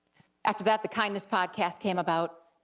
after that, the kindness podcast came about,